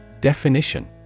Definition